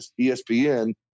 ESPN